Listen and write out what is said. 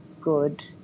good